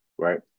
Right